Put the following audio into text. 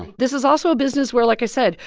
this is also a business where, like i said,